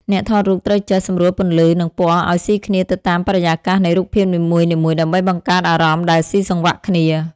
អ្នកថតរូបត្រូវចេះសម្រួលពន្លឺ និងពណ៌ឱ្យស៊ីគ្នាទៅតាមបរិយាកាសនៃរូបភាពនីមួយៗ ដើម្បីបង្កើតអារម្មណ៍ដែលស៊ីសង្វាក់គ្នា។